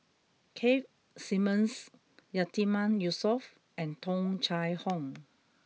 Keith Simmons Yatiman Yusof and Tung Chye Hong